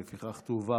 לפיכך תועבר